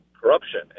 corruption